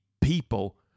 people